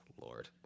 Lord